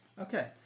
Okay